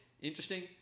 interesting